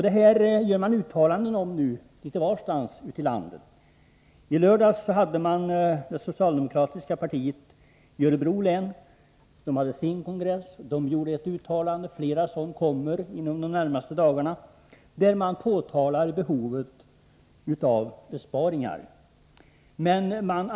Detta uttalar man nu litet varstans ute i landet. I lördags hade det socialdemokratiska partiet i Örebro län sin kongress. Den gjorde ett uttalande om detta. Flera sådana kommer inom de närmaste dagarna där behovet av besparingar påtalas.